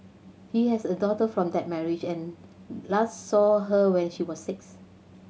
he has a daughter from that marriage and last saw her when she was six